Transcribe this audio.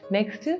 Next